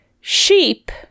Sheep